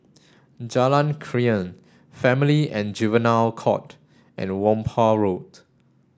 Jalan Krian Family and Juvenile Court and Whampoa Road